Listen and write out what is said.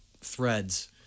threads